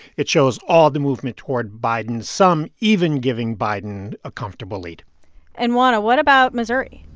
it shows all the movement toward biden, some even giving biden a comfortable lead and juana, what about missouri?